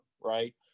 right